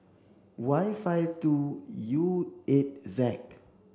Y five two U eight Z